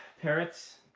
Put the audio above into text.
parrots.